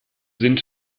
sind